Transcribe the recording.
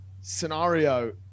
scenario